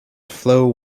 flow